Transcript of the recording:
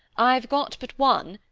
i've got but one,